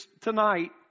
tonight